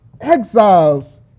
exiles